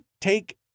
take